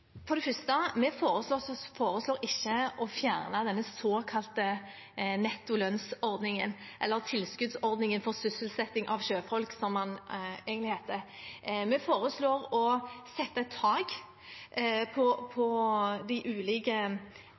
For det første: Vi foreslår ikke å fjerne denne såkalte nettolønnsordningen, eller tilskuddsordningen for sysselsetting av sjøfolk, som den egentlig heter. Vi foreslår å sette et tak på de ulike